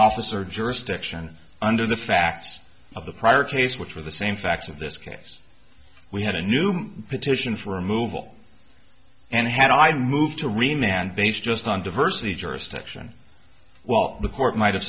officer jurisdiction under the facts of the prior case which were the same facts of this case we had a new petition for removal and had i moved to remain and these just on diversity jurisdiction while the court might have